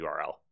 URL